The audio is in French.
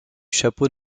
chapeau